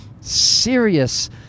Serious